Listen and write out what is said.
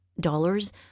dollars